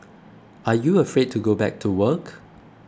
are you afraid to go back to work